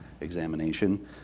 examination